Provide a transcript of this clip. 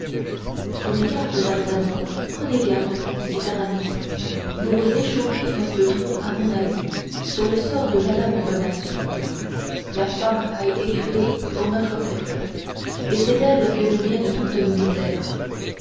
prenez garde d'artagnan prenez garde dit aramis vous vous échauffez un peu trop à mon avis sur le sort de mme bonacieux la femme a été créée pour notre perte et c'est d'elle que nous viennent toutes nos misères